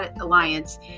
Alliance